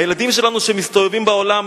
הילדים שלנו שמסתובבים בעולם,